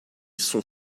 son